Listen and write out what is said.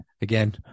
Again